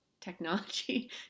technology